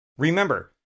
Remember